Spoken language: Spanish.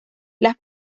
las